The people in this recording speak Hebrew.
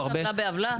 מתקנים עוולה בעוולה?